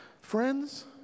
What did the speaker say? Friends